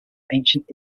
ancient